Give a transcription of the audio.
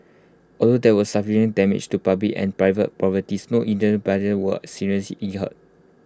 although there was substantial damage to public and private properties no innocent bystander was seriously hurt